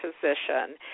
position